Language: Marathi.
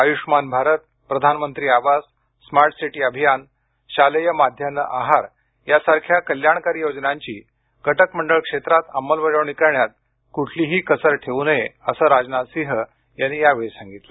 आयुष्मान भारत प्रधानमंत्री आवास स्मार्ट सिटी अभियान शालेय माध्यान्ह आहार यांसारख्या कल्याणकारी योजनांची कटकमंडळ क्षेत्रात अंमलबजावणी करण्यात कुठलीही कसर ठेवू नये असं राजनाथसिंह यांनी यावेळी सांगितलं